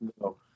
no